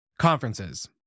Conferences